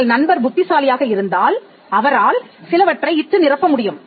உங்கள் நண்பர் புத்திசாலியாக இருந்தால் அவரால் சிலவற்றை இட்டு நிரப்ப முடியும்